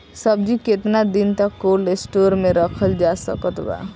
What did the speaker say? सब्जी केतना दिन तक कोल्ड स्टोर मे रखल जा सकत बा?